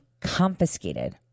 confiscated